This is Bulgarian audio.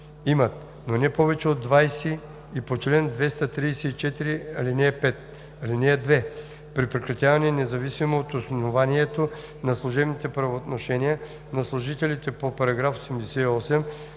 имат, но не повече от 20, и по чл. 234, ал. 5. (2) При прекратяване, независимо от основанието, на служебните правоотношения на служителите по § 88